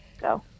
Go